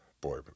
Boy